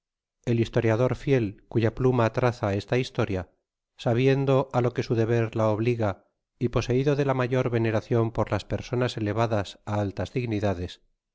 el historiador fiel cuja pluma traza esta historia sabiendo á lo que su deber la obliga y poseido de la mayor veneracion por las personas elevadas á alias dignidades